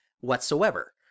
whatsoever